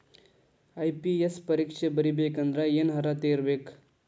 IAS ಪರೇಕ್ಷೆ ಬರಿಬೆಕಂದ್ರ ಏನ್ ಅರ್ಹತೆ ಇರ್ಬೇಕ?